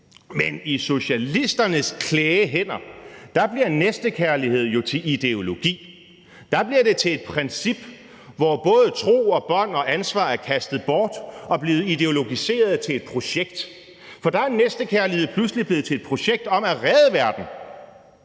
Men i socialisternes klæge hænder bliver næstekærlighed til ideologi, der bliver det til et princip, hvor både tro og bånd og ansvar er kastet bort og er blevet ideologiseret til et projekt, for der er næstekærlighed pludselig blevet til et projekt om at redde verden.